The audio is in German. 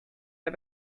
der